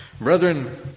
Brethren